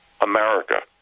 America